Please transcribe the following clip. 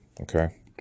okay